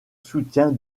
soutien